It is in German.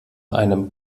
einem